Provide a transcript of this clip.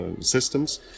systems